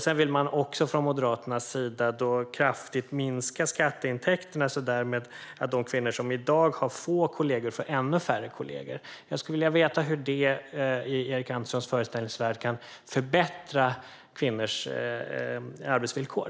Man vill från Moderaternas sida även kraftigt minska skatteintäkterna, och därmed skulle de kvinnor som i dag har få kollegor få ännu färre kollegor. Jag skulle vilja veta hur detta i Erik Anderssons föreställningsvärld kan förbättra kvinnors arbetsvillkor.